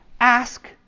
Ask